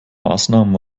maßnahmen